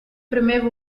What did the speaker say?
premeva